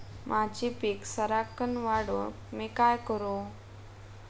माझी पीक सराक्कन वाढूक मी काय करू?